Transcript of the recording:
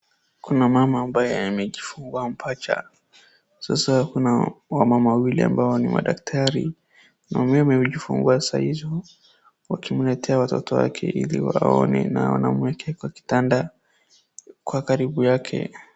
Kuna mama ambaye amejifungua mapacha, sasa kunaa wamama wawili ambao ni madaktari. Mama huyo amejifungua saa hizo, wakimletea watoto wake ili awaone na wanamwekea kwa kitanda kwa karibu yake.